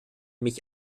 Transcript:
mich